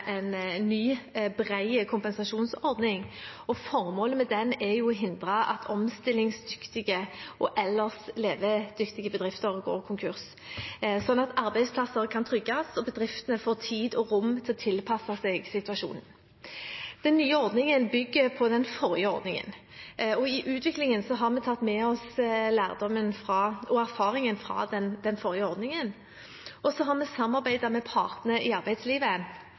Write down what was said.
en ny, bred kompensasjonsordning. Formålet med den er å hindre at omstillingsdyktige og ellers levedyktige bedrifter går konkurs, slik at arbeidsplasser kan trygges og bedriftene får tid og rom til å tilpasse seg situasjonen. Den nye ordningen bygger på den forrige ordningen. I utviklingen har vi tatt med oss lærdommen og erfaringen fra den forrige ordningen. Og så har vi samarbeidet med partene i arbeidslivet